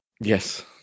Yes